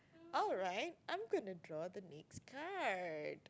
alright I'm going to draw the next card